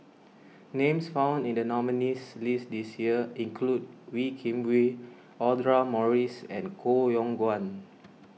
names found in the nominees' list this year include Wee Kim Wee Audra Morrice and Koh Yong Guan